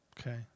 Okay